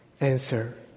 Answer